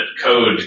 code